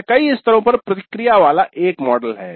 यह कई स्तरों पर प्रतिक्रिया फीडबैक वाला एक मॉडल है